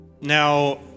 Now